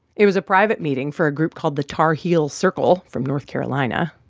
it was a private meeting for a group called the tar heel circle from north carolina.